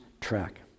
track